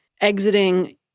exiting